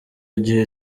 gihe